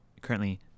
currently